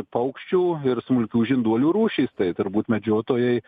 paukščių ir smulkių žinduolių rūšys tai turbūt medžiotojai